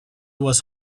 was